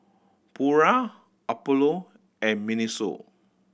Pura Apollo and MINISO